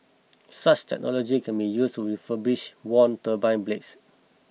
such technology can be used to refurbish worn turbine blades